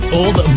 old